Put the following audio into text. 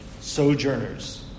sojourners